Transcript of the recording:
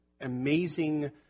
amazing